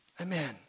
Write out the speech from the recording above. Amen